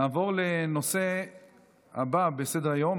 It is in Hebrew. נעבור לנושא הבא בסדר-היום,